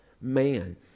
man